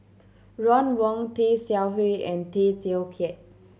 Ron Wong Tay Seow Huah and Tay Teow Kiat